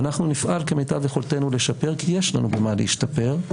אנחנו נפעל כמיטב יכולתנו לשפר כי יש לנו במה להשתפר,